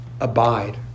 Abide